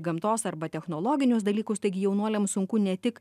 gamtos arba technologinius dalykus taigi jaunuoliams sunku ne tik